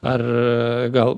ar gal